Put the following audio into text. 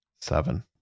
seven